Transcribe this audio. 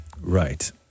Right